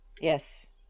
Yes